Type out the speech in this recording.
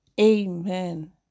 Amen